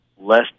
less